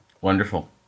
Wonderful